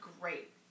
Great